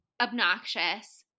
obnoxious